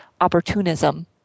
opportunism